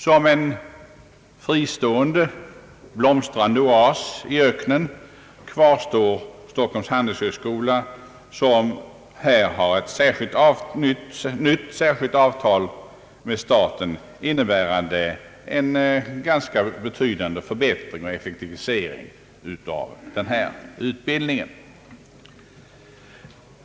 Som en fristående, blomstrande oas i öknen kvarstår Stockholms handelshögskola, som genom ett nytt särskilt avtal med staten har fått en ganska betydande förbättring och effektivisering av utbildningen.